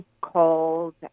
called